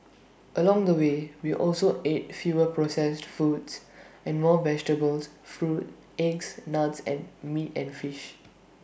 along the way we also ate fewer processed foods and more vegetables fruit eggs nuts and meat and fish